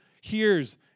hears